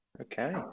Okay